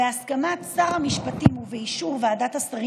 בהסכמת שר המשפטים ובאישור ועדת השרים